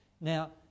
Now